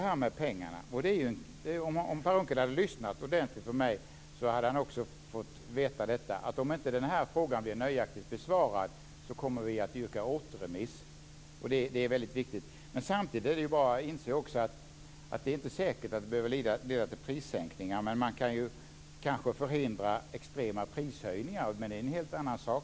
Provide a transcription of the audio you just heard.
Om Per Unckel hade lyssnat ordentligt på mig hade han också fått klart för sig att om den här frågan inte blir nöjaktigt besvarad kommer vi att yrka på återremiss, och det är väldigt viktigt. Samtidigt är det bra att inse att det inte är säkert att en lista leder till prissänkningar, men en sådan kan kanske förhindra extrema prishöjningar, och det är en helt annan sak,